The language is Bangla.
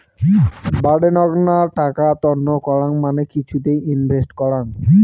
বাডেনগ্না টাকা তন্ন করাং মানে কিছুতে ইনভেস্ট করাং